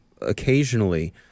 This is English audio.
occasionally